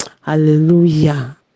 Hallelujah